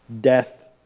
death